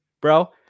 bro